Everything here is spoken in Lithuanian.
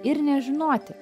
ir nežinoti